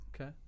Okay